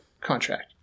contract